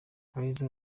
abeza